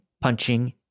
punching